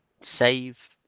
save